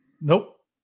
nope